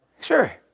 Sure